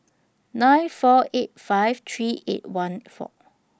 nine four eight five three eight one four